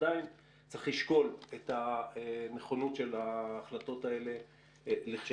עדיין צריך לשקול את הנכונות של ההחלטות האלה לכשעצמן.